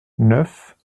neuf